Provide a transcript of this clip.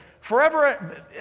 forever